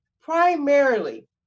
primarily